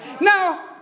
Now